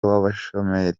w’abashomeri